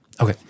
Okay